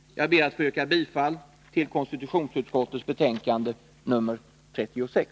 Jag ber att få yrka bifall till hemställan i konstitutionsutskottets betänkande 36.